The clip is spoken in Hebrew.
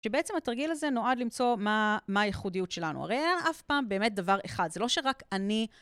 שבעצם התרגיל הזה נועד למצוא מה הייחודיות שלנו. הרי אין אף פעם באמת דבר אחד. זה לא שרק אני...